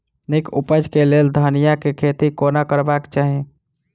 नीक उपज केँ लेल धनिया केँ खेती कोना करबाक चाहि?